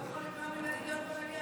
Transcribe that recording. אתה לא יכול למנוע ממני להיות במליאה,